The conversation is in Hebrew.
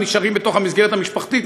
הם נשארים בתוך המסגרת המשפחתית,